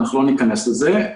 אנחנו לא ניכנס לזה.